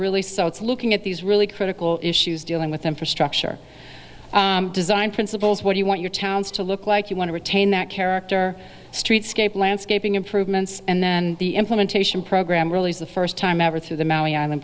really so it's looking at these really critical issues dealing with infrastructure design principles what do you want your towns to look like you want to retain that character streetscape landscaping improvements and then the implementation program really is the first time ever through the mowing